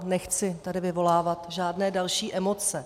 Nechci tady vyvolávat žádné další emoce.